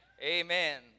Amen